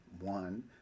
one